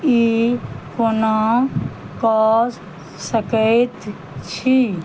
ई कोना कऽ सकैत छी